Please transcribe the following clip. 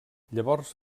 llavors